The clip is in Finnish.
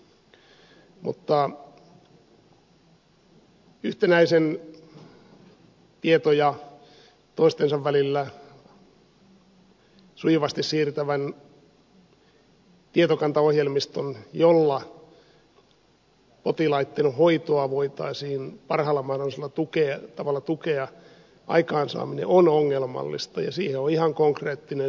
mutta yhtenäisen tietoja toistensa välillä sujuvasti siirtävän tietokantaohjelmiston jolla potilaitten hoitoa voitaisiin parhaalla mahdollisella tavalla tukea aikaansaaminen on ongelmallista ja siihen on ihan konkreettinen syy